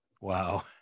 Wow